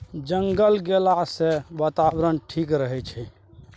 जंगल लगैला सँ बातावरण ठीक रहै छै